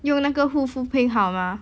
有那个护肤品好吗